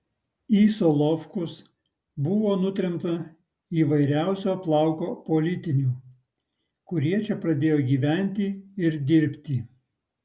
į solovkus buvo nutremta įvairiausio plauko politinių kurie čia pradėjo gyventi ir dirbti